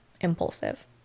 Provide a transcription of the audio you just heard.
impulsive